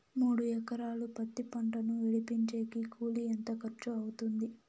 మూడు ఎకరాలు పత్తి పంటను విడిపించేకి కూలి ఎంత ఖర్చు అవుతుంది?